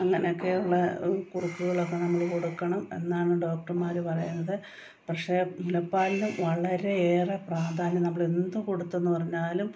അങ്ങനെയൊക്കെയുള്ള കുറുക്കുകൾ ഒക്കെ നമ്മൾ കൊടുക്കണം എന്നാണ് ഡോക്ടർമാർ പറയുന്നത് പക്ഷേ മുലപ്പാലിനും വളരെയേറെ പ്രാധാന്യം നമ്മളെന്തു കൊടുത്തെന്നു പറഞ്ഞാലും